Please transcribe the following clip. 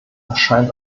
erscheint